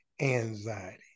anxiety